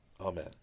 amen